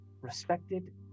respected